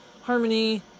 harmony